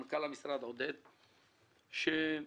המשרד, עודד פלוס,